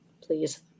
Please